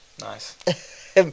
Nice